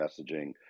messaging